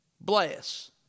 Bless